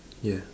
ya